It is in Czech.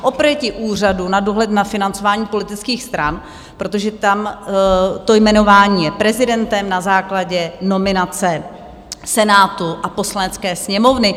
Oproti Úřadu na dohled nad financováním politických stran, protože tam to jmenování je prezidentem na základě nominace Senátu a Poslanecké sněmovny.